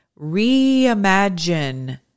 reimagine